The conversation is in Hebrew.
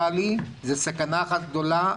זו סכנה גדולה.